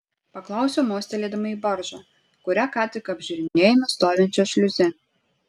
paklausiau mostelėdama į baržą kurią ką tik apžiūrinėjome stovinčią šliuze